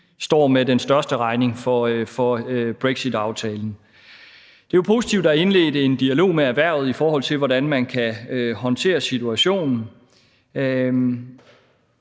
står med den største regning for brexitaftalen. Det er jo positivt, at der er indledt en dialog med erhvervet, i forhold til hvordan man kan håndtere situationen.